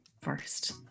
first